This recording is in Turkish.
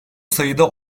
sayıda